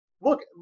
look